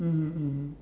mmhmm mmhmm